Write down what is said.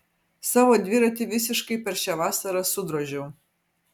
savo dviratį visiškai per šią vasarą sudrožiau